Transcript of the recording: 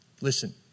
Listen